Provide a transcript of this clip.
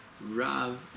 Rav